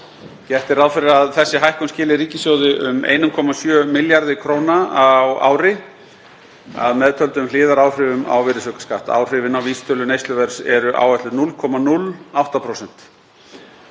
Gert er ráð fyrir að þessi hækkun skili ríkissjóði um 1,7 milljörðum kr. á ári að meðtöldum hliðaráhrifum á virðisaukaskatt. Áhrifin á vísitölu neysluverðs eru áætluð 0,08%